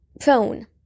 phone